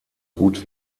gut